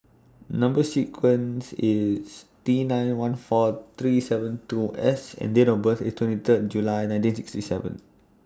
Number sequence IS T nine one four three seven two S and Date of birth IS twenty Third July nineteen sixty seven